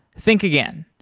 think again.